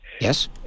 Yes